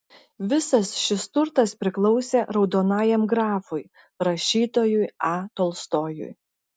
visas šis turtas priklausė raudonajam grafui rašytojui a tolstojui